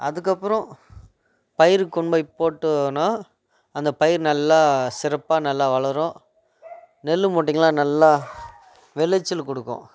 அதுக்கப்புறம் பயிருக்கு கொண்டு போய் போட்டோன்னா அந்த பயிர் நல்லா சிறப்பாக நல்லா வளரும் நெல்லு மூட்டைங்கள்லாம் நல்லா விளச்சல் கொடுக்கும்